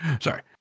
Sorry